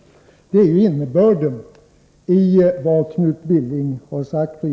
Det är innebörden av vad Knut Billing sade.